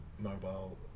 Mobile